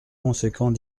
conséquent